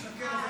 אתה משקר.